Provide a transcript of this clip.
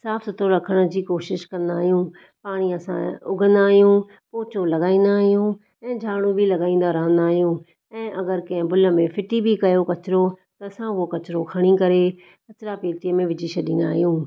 साफ़ सुथुरो रखणु जी कोशिशि कंदा आहियूं पाणीअ सां उघिंदा आहियूं पोचो लॻाईंदा आहियूं ऐं झाड़ू बि लॻाईंदा रहंदा आहियूं ऐं अॻरि कंहिं भुल में फिटी बि कयो कचिरो त असां उहो कचिरो खणी करे कचिरा पेतीअ में विझी छॾींदा आहियूं